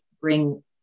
bring